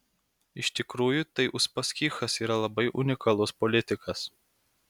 iš tikrųjų tai uspaskichas yra labai unikalus politikas